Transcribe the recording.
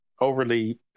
overly